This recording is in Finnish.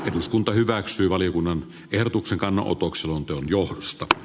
eduskunta hyväksyy valiokunnan ehdotuksen kanoopuksen johdosta